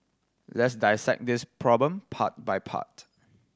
let's dissect this problem part by part